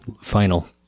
final